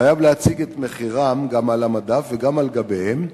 חייב להציג את מחיריו גם על המדף וגם על גביהם,